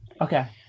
Okay